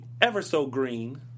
ever-so-green